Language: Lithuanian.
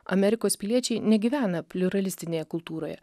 amerikos piliečiai negyvena pliuralistinėje kultūroje